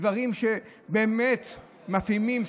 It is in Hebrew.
דברים שבאמת מפעימים,